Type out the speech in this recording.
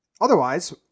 otherwise